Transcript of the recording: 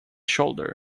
shoulder